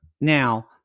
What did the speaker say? now